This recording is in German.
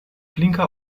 blinker